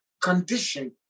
condition